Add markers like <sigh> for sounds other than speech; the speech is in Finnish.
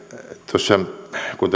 liian vähän kun <unintelligible>